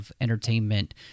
Entertainment